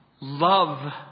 love